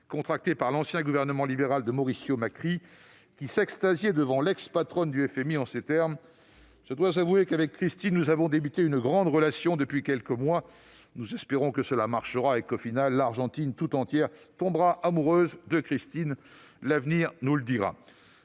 contracté par l'ancien gouvernement libéral de Mauricio Macri auprès de cette même institution. Ce dernier s'extasiait alors devant l'ex-patronne du FMI en ces termes :« Je dois avouer qu'avec Christine nous avons entamé une grande relation depuis quelques mois, nous espérons que cela marchera et qu'au final l'Argentine tout entière tombera amoureuse de Christine. » L'avenir nous le dira